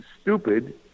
stupid